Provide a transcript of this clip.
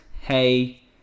hey